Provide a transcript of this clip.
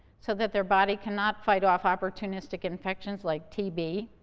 so that their body cannot fight off opportunistic infections like tb,